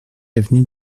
avenue